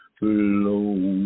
flow